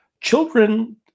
children